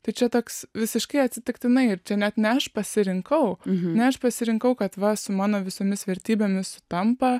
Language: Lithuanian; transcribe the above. tai čia toks visiškai atsitiktinai ir net ne aš pasirinkau ne aš pasirinkau kad va su mano visomis vertybėmis sutampa